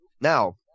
now